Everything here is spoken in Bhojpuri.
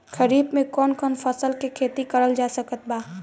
खरीफ मे कौन कौन फसल के खेती करल जा सकत बा?